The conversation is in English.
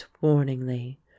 warningly